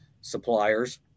suppliers